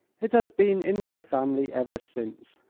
it has been in my family ever since.